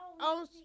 on